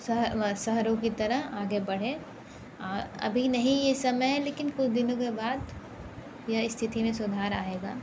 शह शहरों की तरह आगे बढ़ें अभी नहीं ये समय है लेकिन कुछ दिनों के बाद यह स्थिति में सुधार आएगा